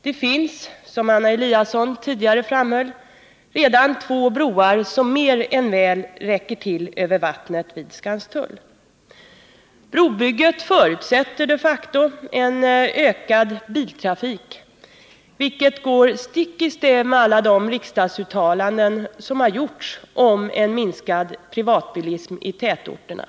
Det finns, som Anna Eliasson tidigare framhöll, redan två broar över vattnet vid Skanstull som mer än väl räcker till. Brobygget förutsätter de facto en ökad biltrafik, vilket går stick i stäv med alla de riksdagsuttalanden som har gjorts om en minskad privatbilism i tätorterna.